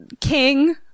king